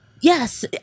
Yes